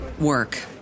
work